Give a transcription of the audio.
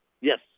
Yes